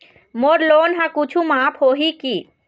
मोर loan हा कुछू माफ होही की?